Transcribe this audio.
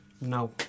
no